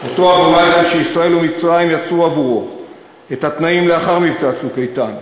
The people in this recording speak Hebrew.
אותו אבו מאזן שישראל ומצרים יצרו עבורו לאחר מבצע "צוק איתן"